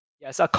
yes